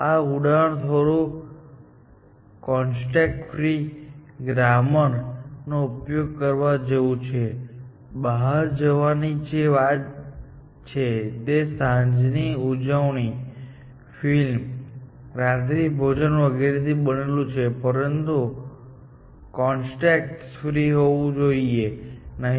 આ ઉદાહરણમાં થોડું કોન્ટેક્સટ ફ્રી ગ્રામરનો ઉપયોગ કરવા જેવું છે બહાર જવાની જે વાત છે તે સાંજની ઉજવણી ફિલ્મ અને રાત્રિભોજન વગેરેથી બનેલું છે પરંતુ તે કોન્ટેક્સટ ફ્રી હોવું જોઈએ નહીં